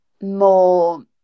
more